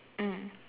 mm